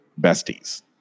besties